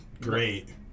great